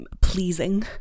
pleasing